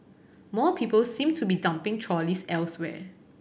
more people seem to be dumping trolleys elsewhere